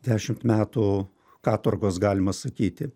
dešimt metų katorgos galima sakyti